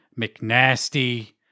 McNasty